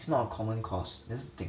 it's not a common course that's the thing